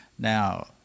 Now